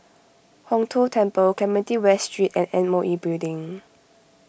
Hong Tho Temple Clementi West Street and M O E Building